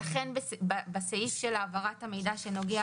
לכן בסעיף על העברת המידע שנוגע